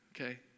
okay